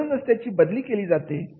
म्हणूनच त्यांची बदली केली जात असते